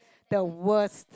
they are worse